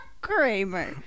Kramer